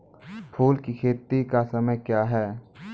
फुल की खेती का समय क्या हैं?